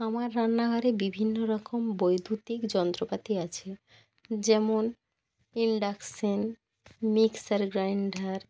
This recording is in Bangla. আমার রান্নাঘরে বিভিন্ন রকম বৈদ্যুতিক যন্ত্রপাতি আছে যেমন ইনডাকশান মিক্সার গ্রাইন্ডার